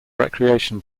recreation